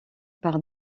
par